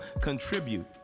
contribute